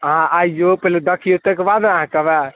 अहाँ आबिऔ पहिले देखिऔ ताहिकेबाद ने अहाँ कहबै